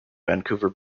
vancouver